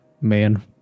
man